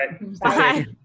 Bye